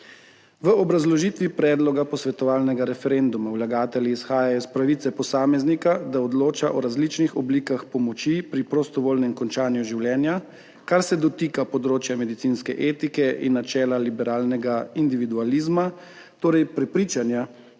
V obrazložitvi predloga posvetovalnega referenduma vlagatelji izhajajo iz pravice posameznika, da odloča o različnih oblikah pomoči pri prostovoljnem končanju življenja, kar se dotika področja medicinske etike in načela liberalnega individualizma, torej prepričanja,